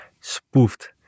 spoofed